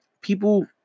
people